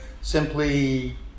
simply